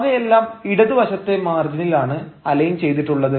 അവയെല്ലാം ഇടതുവശത്തെ മാർജിനിൽ ആണ് അലൈൻ ചെയ്തിട്ടുള്ളത്